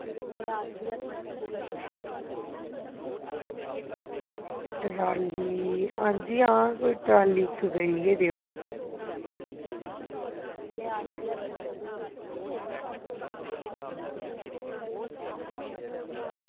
आं जी कोई ट्राली इक्क देई गै देओ